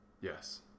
Yes